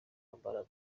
amara